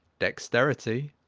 dexterity